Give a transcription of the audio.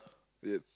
ya